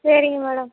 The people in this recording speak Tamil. சரிங்க மேடம்